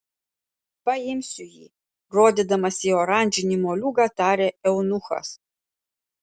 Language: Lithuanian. paimsiu jį rodydamas į oranžinį moliūgą tarė eunuchas